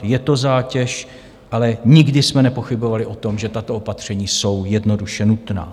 Je to zátěž, ale nikdy jsme nepochybovali o tom, že tato opatření jsou jednoduše nutná.